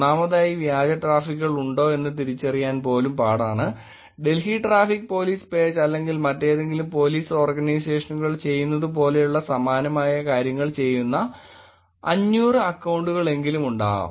ഒന്നാമതായി വ്യാജ ട്രാഫിക്കുകൾ ഉണ്ടോ എന്ന് തിരിച്ചറിയാൻ പോലും പാടാണ് ഡൽഹി ട്രാഫിക് പോലീസ് പേജ് അല്ലെങ്കിൽ മറ്റേതെങ്കിലും പോലീസ് ഓർഗനൈസേഷനുകൾ ചെയ്യുന്നതുപോലെയുള്ള സമാനമായ കാര്യങ്ങൾ ചെയ്യുന്ന 500 അക്കൌണ്ടുകൾ എങ്കിലും ഉണ്ടാവും